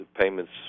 payments